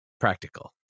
practical